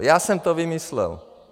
Já jsem to vymyslel.